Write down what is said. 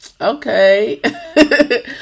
okay